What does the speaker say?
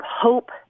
hope